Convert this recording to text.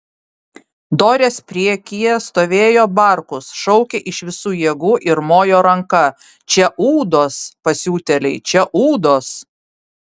dorės priekyje stovėjo barkus šaukė iš visų jėgų ir mojo ranka čia ūdos pasiutėliai čia ūdos